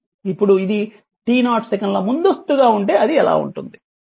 ఇప్పుడు ఇది t0 సెకన్ల ముందస్తుగా ఉంటే అది ఎలా ఉంటుంది